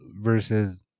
versus